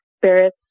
spirit